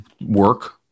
work